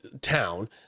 town